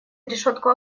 решетку